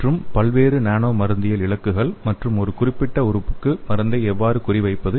மற்றும் பல்வேறு நானோ மருந்தியல் இலக்குகள் மற்றும் ஒரு குறிப்பிட்ட உறுப்புக்கு மருந்தை எவ்வாறு குறிவைப்பது